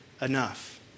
enough